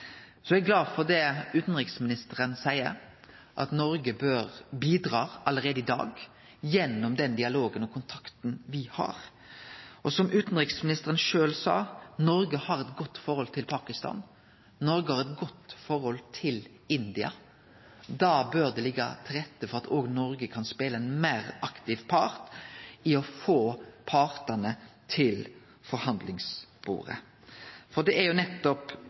Så er eg glad for det utanriksministeren seier, at Noreg bør bidra allereie i dag, gjennom den dialogen og den kontakten me har. Og som utanriksministeren sjølv sa: Noreg har et godt forhold til Pakistan, Noreg har eit godt forhold til India. Da bør det liggje til rette for at Noreg òg kan vere ein meir aktiv part i å få partane til forhandlingsbordet. For nettopp det som er